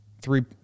three